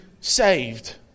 saved